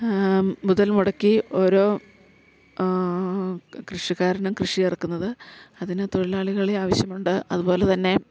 മുതൽ മുടക്കി ഓരോ കൃഷിക്കാരനും കൃഷിയിറക്കുന്നത് അതിന് തൊഴിലാളികളെ ആവശ്യമുണ്ട് അതു പോലെ തന്നെ